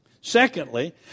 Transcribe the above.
Secondly